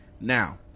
Now